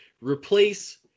replace